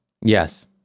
Yes